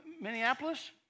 Minneapolis